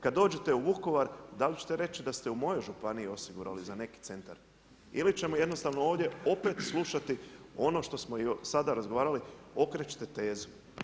Kada dođete u Vukovar, da li ćete reći da ste u mojoj županiji osigurali za neki centar ili ćemo jednostavno ovdje opet slušati ono što smo i sada razgovarali okrećete tezu.